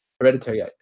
hereditary